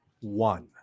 one